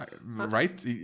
Right